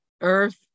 earth